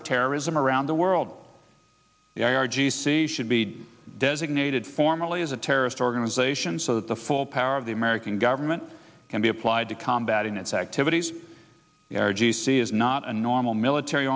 of terrorism around the world the i r g c should be designated formally as a terrorist organization so that the full power of the american government can be applied to combat in its activities r g c is not a normal military